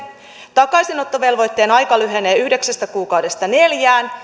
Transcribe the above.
takaisinottovelvoitteen aika lyhenee yhdeksästä kuukaudesta neljään